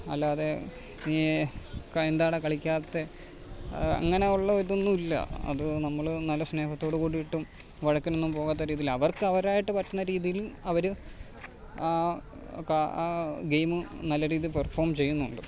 അല്ലാതെ നീ എന്താടാ കളിക്കാത്തത് അങ്ങനെ ഉള്ളയിതൊന്നും ഇല്ല അത് നമ്മൾ നല്ല സ്നേഹത്തോടു കൂടിയിട്ടും വഴക്കിനൊന്നും പോവാത്ത രീതിയിൽ അവർക്കവരായിട്ട് പറ്റുന്ന രീതിയിൽ അവർ ആ ഗെയ്മ് നല്ലരീതിയിൽ പെർഫോം ചെയ്യുന്നുണ്ട്